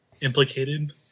implicated